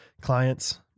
clients